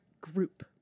group